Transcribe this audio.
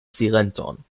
silenton